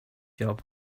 job